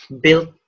built